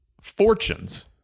fortunes